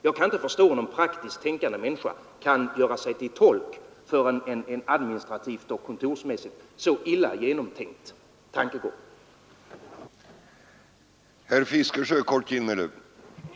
Jag kan inte förstå hur någon praktiskt tänkande människa kan göra sig till talesman för ett administrativt och kontorsmässigt så illa genomtänkt förslag.